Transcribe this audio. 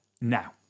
now